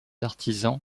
artisans